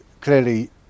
clearly